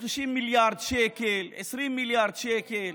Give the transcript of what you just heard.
30 מיליארד שקל, 20 מיליארד שקל,